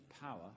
power